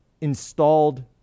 installed